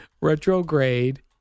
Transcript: Retrograde